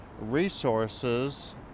resources